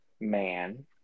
man